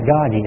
God